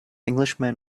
englishman